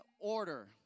order